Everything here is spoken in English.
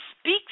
speak